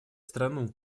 страну